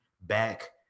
back